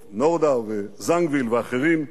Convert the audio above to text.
את נורדאו וזנגוויל ואחרים,